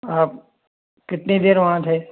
आप कितनी देर वहाँ थे